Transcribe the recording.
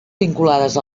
vinculades